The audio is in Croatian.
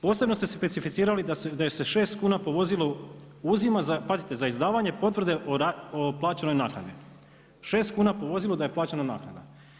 Posebno ste specificirali da se 6 kuna po vozilu uzima za, pazite, za izdavanje potvrde o plaćenoj naknadi, 6 kuna po vozilu da je plaćena naknada.